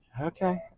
Okay